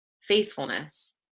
faithfulness